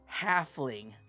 halfling